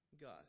God